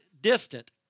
distant